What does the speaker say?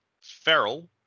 Feral